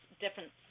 different